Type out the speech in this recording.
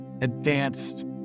advanced